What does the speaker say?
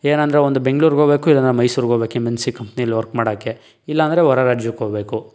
ಏನೆಂದ್ರೆ ಒಂದು ಬೆಂಗಳೂರು ಹೋಗ್ಬೇಕು ಇಲ್ಲ ಮೈಸೂರು ಹೋಗ್ಬೇಕು ಎಮ್ ಎನ್ ಸಿ ಕಂಪನೀಲಿ ವರ್ಕ್ ಮಾಡೋಕ್ಕೆ ಇಲ್ಲಾಂದ್ರೆ ಹೊರ ರಾಜ್ಯಕ್ಕೆ ಹೋಗ್ಬೇಕು